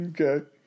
Okay